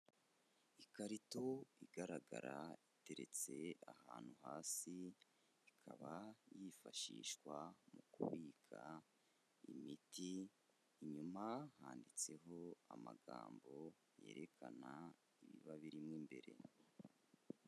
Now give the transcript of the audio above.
Ikarito igaragara iteretse ahantu hasi, ikaba yifashishwa mu kubika imiti, inyuma handitseho amagambo yerekana ibiba birimo imbere.